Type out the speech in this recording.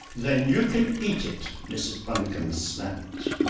then you can eat it! mrs. bundercombe snapped.